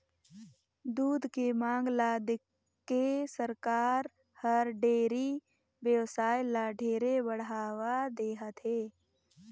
दूद के मांग ल देखके सरकार हर डेयरी बेवसाय ल ढेरे बढ़ावा देहत हे